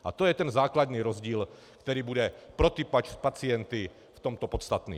A to je ten základní rozdíl, který bude pro pacienty v tomto podstatný.